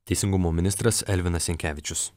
teisingumo ministras elvinas jankevičius